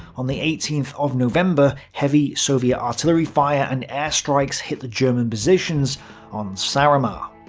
on the eighteenth of november, heavy soviet artillery fire and air strikes hit the german positions on saaremaa.